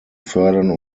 fördern